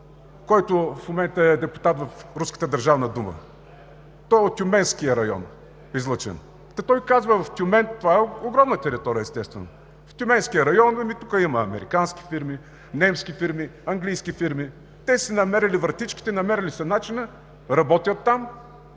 който в момента е депутат в руската Държавна дума, той е излъчен от Тюменския район, та той казва: в Тюмен – това е огромна територия, естествено, в Тюменския район има американски фирми, немски фирми, английски фирми. Те са си намерили вратичките, намерили са начина, работят там,